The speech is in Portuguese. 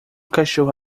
cachorro